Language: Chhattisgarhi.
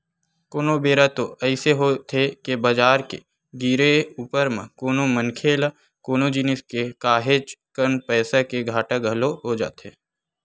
कोनो बेरा तो अइसे होथे के बजार के गिरे ऊपर म कोनो मनखे ल कोनो जिनिस के काहेच कन पइसा के घाटा घलो हो जाथे